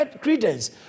credence